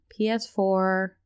PS4